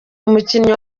umukinnyi